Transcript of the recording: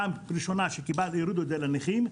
פעם ראשונה הורידו את זה לנכים,